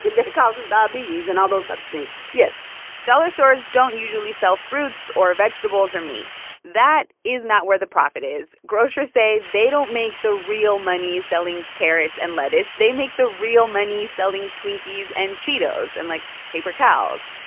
that causes diabetes and all those types of things. yes dollar stores don't usually sell fruits or vegetables or meat. that is not where the profit is. grocers say they don't make the real money selling carrots and lettuce. they make the real money selling twinkies and cheetos and, like, paper towels.